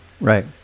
right